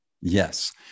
Yes